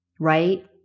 right